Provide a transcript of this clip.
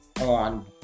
on